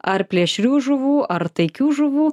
ar plėšrių žuvų ar taikių žuvų